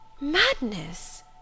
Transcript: Madness